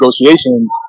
negotiations